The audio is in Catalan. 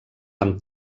amb